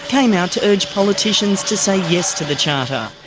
came out to urge politicians to say yes to the charter.